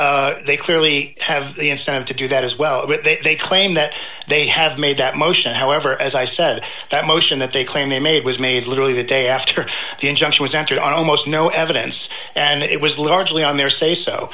they they clearly have the incentive to do that as well they claim that they have made that motion however as i said that motion that they claim they made was made literally the day after the injunction was entered almost no evidence and it was largely on their say so